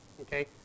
Okay